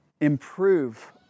improve